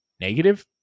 negative